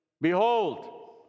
Behold